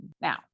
Now